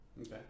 Okay